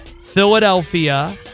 Philadelphia